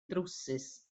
drywsus